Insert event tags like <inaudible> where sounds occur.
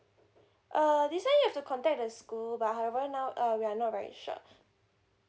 uh this one you have to contact the school but however now uh we are not very sure <breath>